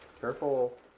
Careful